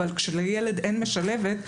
אבל כשלילד אין משלבת,